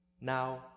Now